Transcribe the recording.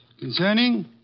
Concerning